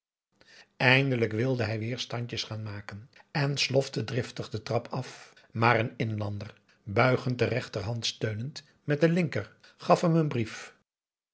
eindelijk wilde hij weer standjes gaan maken en slofte driftig de trap af maar een inlander buigend de rechterhand steunend met de linker gaf hem een brief